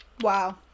wow